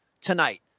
tonight